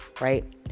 right